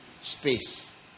space